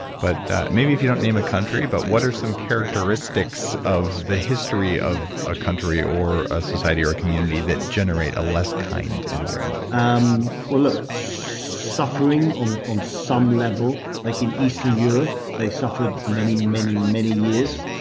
but maybe if you don't name a country, but what are some characteristics of the history of a country or a society or a community that generate a less kind environment well, um look. suffering on on some level, like in easter europe, they suffered for many, many many years.